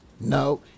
no